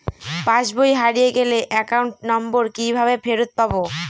পাসবই হারিয়ে গেলে account number কিভাবে ফেরত পাব?